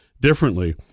differently